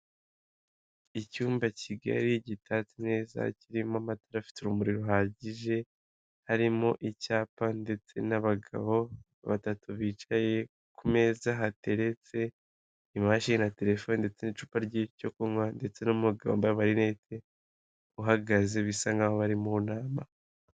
Icyumba kigali gitatse neza kirimo amatara afite urumuri ruhagije, harimo icyapa ndetse n'abagabo batatu bicaye. Ku meza hateretse imashini na telefone ndetse n'icupa ry'icyo kunywa ndetse n'umugabo wambaye amarinete uhagaze bisa nkaho bari mu nama.